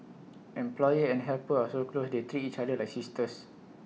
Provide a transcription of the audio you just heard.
employer and helper are so close they treat each other like sisters